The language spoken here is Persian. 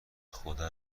خدا